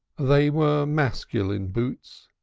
they were masculine boots,